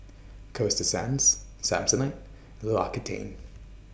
Coasta Sands Samsonite L'Occitane